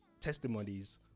testimonies